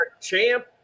champ